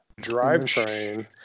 drivetrain